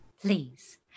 Please